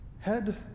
Head